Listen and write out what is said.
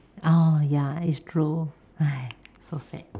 oh ya it's true !hais! so sad